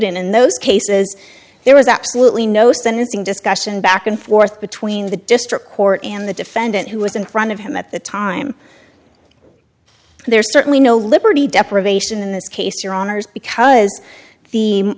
prudent in those cases there was absolutely no sentencing discussion back and forth between the district court and the defendant who was in front of him at the time there's certainly no liberty deprivation in this case your honour's because the